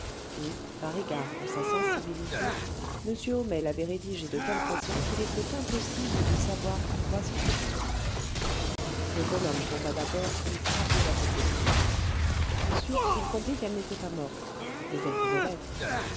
et par égard pour sa sensibilité m homais l'avait rédigée de telle façon qu'il était impossible de savoir à quoi s'en tenir le bonhomme tomba d'abord comme frappé d'apoplexie ensuite il comprit qu'elle n'était pas morte mais elle pouvait l'être